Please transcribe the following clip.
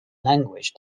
language